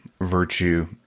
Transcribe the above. virtue